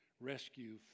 rescue